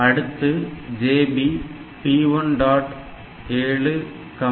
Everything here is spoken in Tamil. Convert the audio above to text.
அடுத்து JB P1